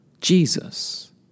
Jesus